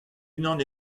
unan